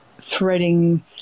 threading